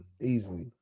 Easily